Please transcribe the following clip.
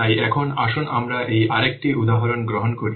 তাই এখন আসুন আমরা এই আরেকটি উদাহরণ গ্রহণ করি